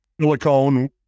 Silicone